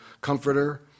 comforter